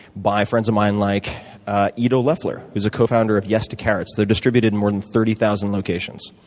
by friends of mine like ido leffler, who is a co-founder of yes to carrots. they are distributed in more than thirty thousand locations.